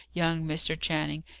young mr. channing,